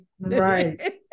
Right